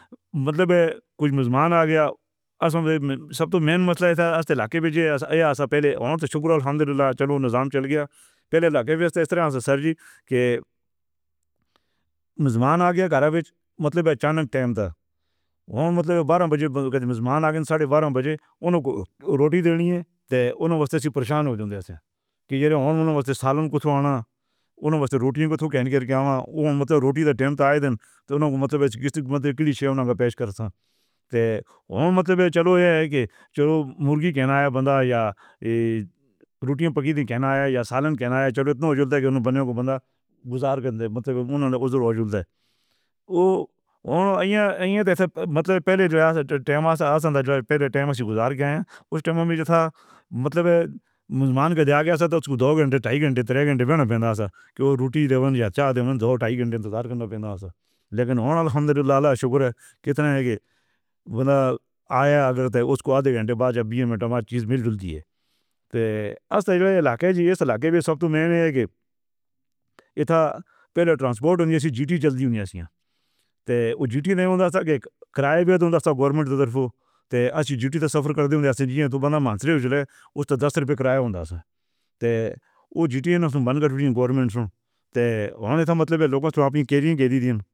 مطلب ہے کوئی نظام آ گیا اَسّاں وی سب تو مین مطلب ہے تھا آج تو لا کے بھیجے۔ ایہہ ایسا پہلے چلو نظام چل گیا، پہلے لا کے پے سر جیکے۔ اوہ مطلب بارا بجے، ساڑے بارا بجے اُنکو روٹی دینی ہے تو پریشان ہو جاندے نے کے چلو ایہہ ہے کے چلو مرغی کہنایا بندہ یا۔ ایہہ روٹی پکی تھی۔ کہنا ہے یا سالن کہنا ہے چلو اُن بنیئوں کو بندہ گزار کر دے۔ مطلب اُنہوں نے عجوب سے مطلب پہلے جو گزار گئے ہیں، اُس وقت وچ جو تھا مطلب دو گھنٹے، ڈھائی گھنٹے، ترے گھنٹے۔ کہ اوہ روٹی لیونگے یا چار جو ڈھائی گھنٹے انتظار کرنا پہندا تھا، لیکن کتنا ہے ایہہ آیا؟ اگر تُوں اُسکو آدھے گھنٹے بعد ٹماٹر چیز مِل ڈُلدی ہے، اِتنا پہلے ٹرانسپورٹ؟ دے اوہ جی ٹی نے اُنکا سر کے کرایا گورنمنٹ۔